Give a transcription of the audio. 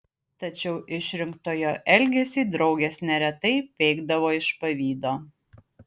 tačiau išrinktojo elgesį draugės neretai peikdavo iš pavydo